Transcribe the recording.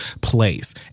place